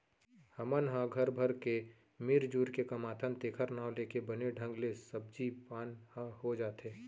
हमन ह घर भर के मिरजुर के कमाथन तेखर नांव लेके बने ढंग ले सब्जी पान ह हो जाथे